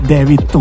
David